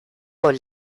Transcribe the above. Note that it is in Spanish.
con